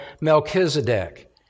Melchizedek